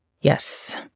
Yes